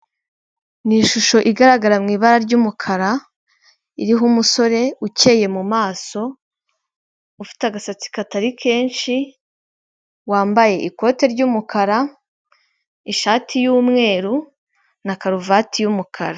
Ni ishusho igaragara mu ibara ry'umukara, iriho umusore ukeye mu maso, ufite agasatsi katari kenshi wambaye ikote ry'umukara, ishati y'umweru na karuvati y'umukara.